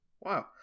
Wow